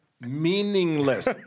meaningless